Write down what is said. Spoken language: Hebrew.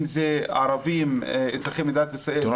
אם זה ערבים אזרחי מדינת ישראל והשאר